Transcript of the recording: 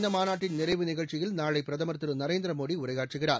இந்த மாநாட்டின் நிறைவு நிகழ்ச்சியில் நாளை பிரதமர் திரு நரேந்திர மோடி உரையாற்றுகிறார்